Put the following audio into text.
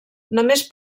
només